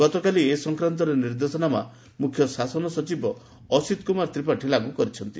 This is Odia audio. ଗତକାଲି ଏ ସଂକ୍ରାନ୍ତ ନିର୍ଦ୍ଦେଶନାମା ମୁଖ୍ୟ ଶାସନ ସଚିବ ଅସୀତ କୁମାର ତ୍ରିପାଠୀ ଲାଗୁ କରିଛନ୍ତି